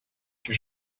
que